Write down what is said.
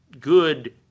good